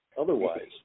otherwise